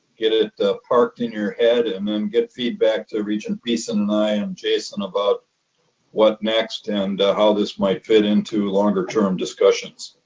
get it parked in your head and then get feedback to regent beeson and i and jason about what next and how this might fit into longer term discussions.